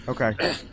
Okay